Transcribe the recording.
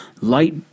Light